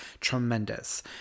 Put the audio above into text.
tremendous